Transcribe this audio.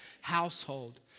household